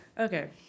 Okay